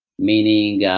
meaning yeah